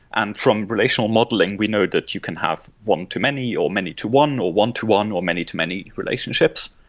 and from relational modeling we know that you can have one to many, or many to one, or one to one, or many to many relationships.